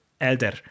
Elder